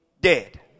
dead